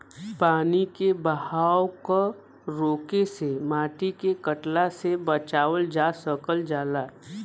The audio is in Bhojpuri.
पानी के बहाव क रोके से माटी के कटला से बचावल जा सकल जाला